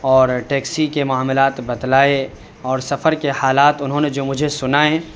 اور ٹیکسی کے معاملات بتلائے اور سفر کے حالات انہوں نے جو مجھے سنائے